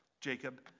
Jacob